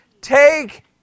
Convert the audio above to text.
Take